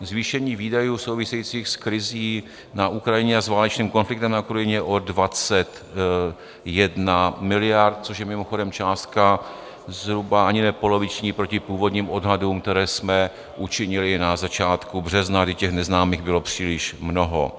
Zvýšení výdajů souvisejících s krizí na Ukrajině a s válečným konfliktem na Ukrajině o 21 miliard, což je mimochodem částka zhruba ani ne poloviční proti původním odhadům, které jsme učinili na začátku března, kdy těch neznámých bylo příliš mnoho.